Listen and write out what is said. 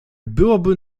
byłoby